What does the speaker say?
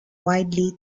widely